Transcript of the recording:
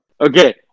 Okay